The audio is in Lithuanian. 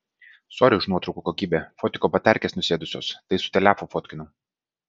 sory už nuotraukų kokybę fotiko baterkės nusėdusios tai su telefu fotkinau